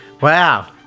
wow